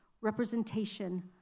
representation